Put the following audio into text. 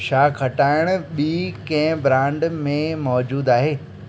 छा खटाइणु ॿी कंहिं ब्रांड में मौजूदु आहे